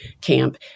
camp